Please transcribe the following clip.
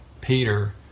Peter